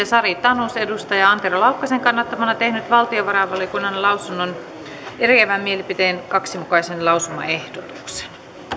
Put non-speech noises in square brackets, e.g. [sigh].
[unintelligible] sari tanus on antero laukkasen kannattamana tehnyt valtiovarainvaliokunnan lausunnon eriävän mielipiteen kahden mukaisen lausumaehdotuksen